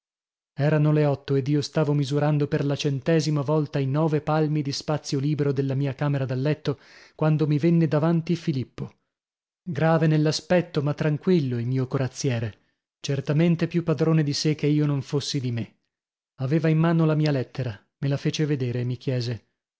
erano le otto ed io stavo misurando per la centesima volta i nove palmi di spazio libero della mia camera da letto quando mi venne davanti filippo grave nell'aspetto ma tranquillo il mio corazziere certamente più padrone di sè che io non fossi di me aveva in mano la mia lettera me la fece vedere e mi chiese